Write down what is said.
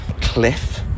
cliff